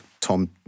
Tom